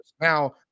Now